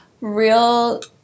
real